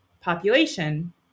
population